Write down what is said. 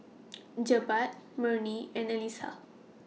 Jebat Murni and Alyssa